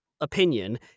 opinion